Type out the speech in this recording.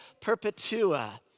Perpetua